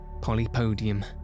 Polypodium